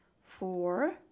Four